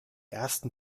ersten